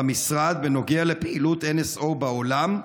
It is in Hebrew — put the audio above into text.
למשרד בנוגע לפעילות NSO בעולם,